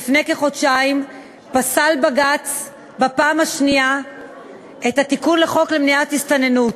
לפני כחודשיים פסל בג"ץ בפעם השנייה את התיקון לחוק למניעת הסתננות.